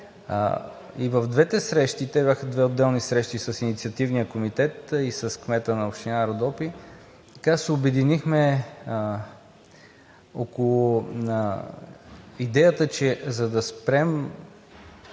И в двете срещи, те бяха две отделни срещи – с Инициативния комитет, и с кмета на община „Родопи“ се обединихме около идеята, че за да спрем